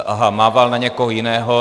Aha, mával na někoho jiného.